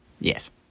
Yes